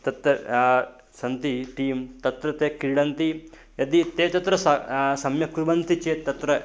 तत्र सन्ति टीं तत्र ते क्रीडन्ति यदि ते तत्र सा सम्यक् कुर्वन्ति चेत् तत्र